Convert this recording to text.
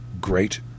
great